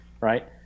right